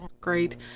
Great